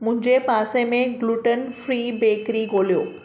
मुंहिंजे पासे में ग्लुटन फ्री बेकरी ॻोल्हियो